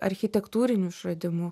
architektūrinių išradimų